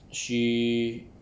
she